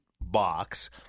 box